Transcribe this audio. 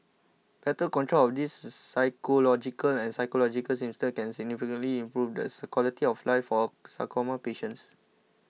better control of these physiological and psychological symptoms can significantly improve the quality of life for sarcoma patients